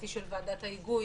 של ועדת ההיגוי,